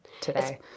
today